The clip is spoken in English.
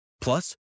Plus